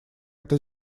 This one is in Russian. это